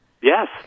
Yes